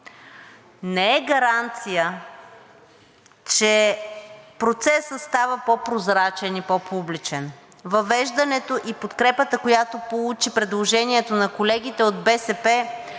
не е гаранция, че процесът става по-прозрачен и по-публичен, въвеждането и подкрепата, която получи предложението на колегите от БСП